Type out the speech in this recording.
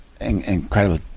incredible